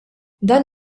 dan